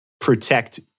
protect